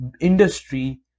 industry